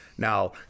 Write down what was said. Now